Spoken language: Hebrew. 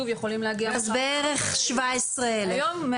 אם כן, בערך 17,000 הם עולים.